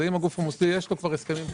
שאם לגוף המוסדי יש כבר הסכמים קיימים.